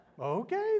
okay